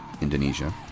Indonesia